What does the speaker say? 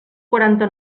quaranta